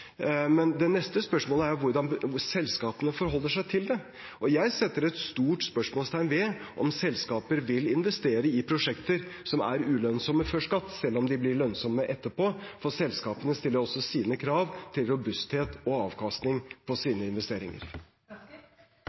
men det neste spørsmålet er hvordan selskapene forholder seg til det. Jeg setter et stort spørsmålstegn ved om selskaper vil investere i prosjekter som er ulønnsomme før skatt, selv om de blir lønnsomme etterpå, for selskapene stiller også sine krav til robusthet og avkastning på sine investeringer.